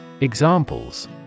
Examples